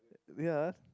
ya